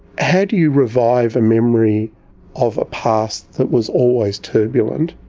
how do you revive a memory of a past that was always turbulent,